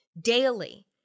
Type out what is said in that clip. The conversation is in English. daily